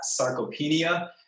sarcopenia